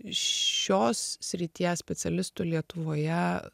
šios srities specialistų lietuvoje